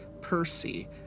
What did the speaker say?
percy